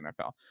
NFL